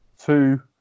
Two